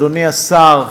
אדוני השר,